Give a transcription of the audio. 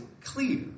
clear